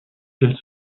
qu’elle